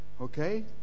okay